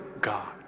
God